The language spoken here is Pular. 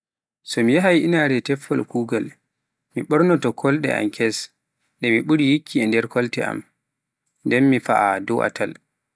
So mi yahhay inaare teffol kuugal, mi mɓorna kolte am kes nɗe mi ɓuri yikki e nder kolte nden, nden mi faa dow atal.